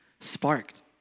sparked